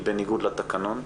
היא בניגוד לתקנון.